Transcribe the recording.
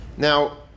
Now